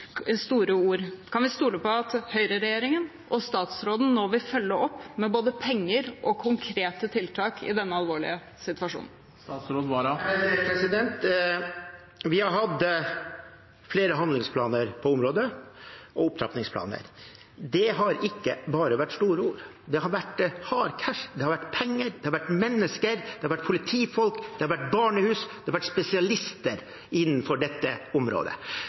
store ord. Kan vi stole på at høyreregjeringen og statsråden nå vil følge opp med både penger og konkrete tiltak i denne alvorlige situasjonen? Vi har hatt flere handlingsplaner og opptrappingsplaner på området. Det har ikke bare vært store ord. Det har vært «hard cash», det har vært penger, det har vært mennesker, det har vært politifolk, det har vært barnehus, og det har vært spesialister innenfor dette området.